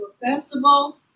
festival